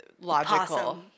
logical